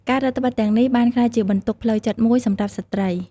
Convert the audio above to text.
ការរឹតត្បិតទាំងនេះបានក្លាយជាបន្ទុកផ្លូវចិត្តមួយសម្រាប់ស្ត្រី។